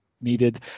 needed